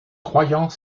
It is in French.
croyant